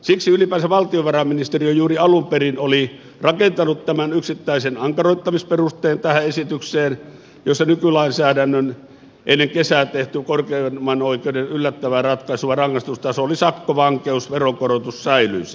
siksi ylipäänsä valtiovarainministeriö juuri alun perin oli rakentanut tämän yksittäisen ankaroittamisperusteen tähän esitykseen jossa nykylainsäädännön ennen kesää tehtyä korkeimman oikeuden yllättävää ratkaisua rangaistustaso oli vankeus veronkorotus säilyisi